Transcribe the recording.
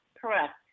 Correct